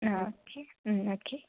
അതെ ഓക്കെ അതെ ഓക്കെ